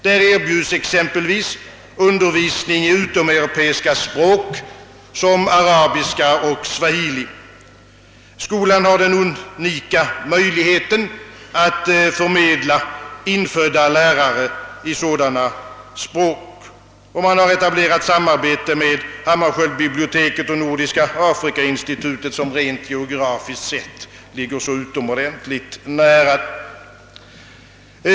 Där erbjuäs : exempelvis undervisning i utomeuropeiska språk, såsom arabiska och swahili. Skolan har den unika möjligheten att förmedla infödda lärare i sådana språk, och man har etablerat samarbete med Hammarskjöldbiblioteket och Nordiska Afrika-institutet, som rent geografiskt sett ligger så utomordentligt nära.